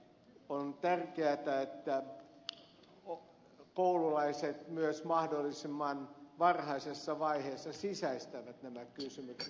on tärkeätä että koululaiset myös mahdollisimman varhaisessa vaiheessa sisäistävät nämä kysymykset